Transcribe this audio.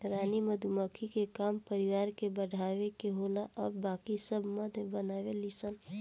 रानी मधुमक्खी के काम परिवार के बढ़ावे के होला आ बाकी सब मध बनावे ली सन